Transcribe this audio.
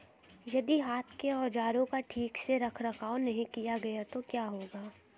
यदि हाथ के औजारों का ठीक से रखरखाव नहीं किया गया तो क्या होगा?